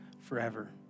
forever